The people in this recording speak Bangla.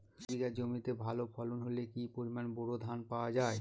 এক বিঘা জমিতে ভালো ফলন হলে কি পরিমাণ বোরো ধান পাওয়া যায়?